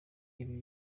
ibi